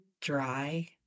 dry